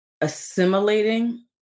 assimilating